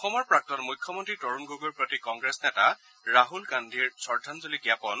অসমৰ প্ৰাক্তন মুখ্যমন্ত্ৰী তৰুণ গগৈৰ প্ৰতি কংগ্ৰেছ নেতা ৰাহুল গান্ধীৰ শ্ৰদ্ধাঞ্জলি জ্ঞাপন